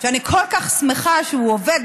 ואני כל כך שמחה שהוא עובד,